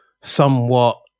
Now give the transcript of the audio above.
somewhat